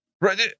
Right